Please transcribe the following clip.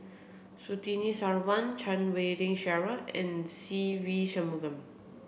Surtini Sarwan Chan Wei Ling Cheryl and Se Ve Shanmugam